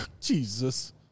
Jesus